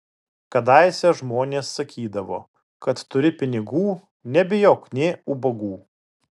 kadaise žmonės sakydavo kad turi pinigų nebijok nė ubagų